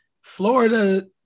Florida